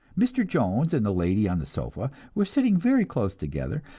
mr. jones and the lady on the sofa were sitting very close together,